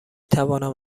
توانم